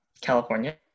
california